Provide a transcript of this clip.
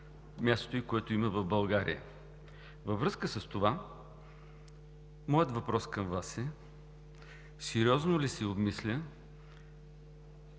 мястото, което има в България. Във връзка с това моят въпрос към Вас е: сериозно ли се обмисля